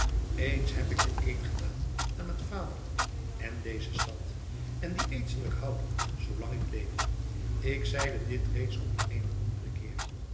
eens heb ik den eed gedaan aan het vaderland en deze stad en dien eed zal ik houden zoolang ik leef ik zeide dit reeds op eenen anderen keer